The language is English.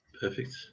Perfect